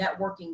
networking